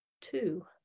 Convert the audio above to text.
Two